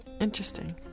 Interesting